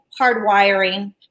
hardwiring